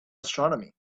astronomy